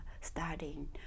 studying